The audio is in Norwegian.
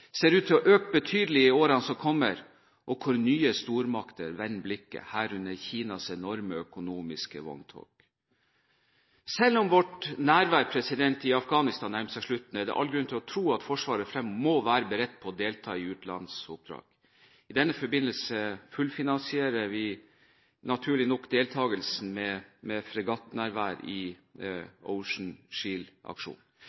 ser ut til å øke betydelig her i årene som kommer, hvor nye stormakter vender blikket, herunder Kina og dets enorme økonomiske vogntog. Selv om vårt nærvær i Afghanistan nærmer seg slutten, er det all grunn til å tro at Forsvaret fremover må være beredt til å delta i utenlandsoppdrag. I denne forbindelse fullfinansierer vi – naturlig nok – deltakelsen med fregattnærvær i